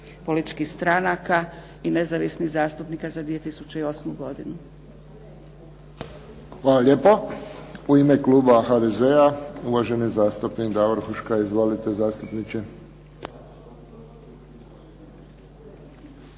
političkih stranaka i nezavisnih zastupnika za 2008. godinu. **Friščić, Josip (HSS)** Hvala lijepo. U ime kluba HDZ-a uvaženi zastupnik Davor Huška. Izvolite, zastupniče.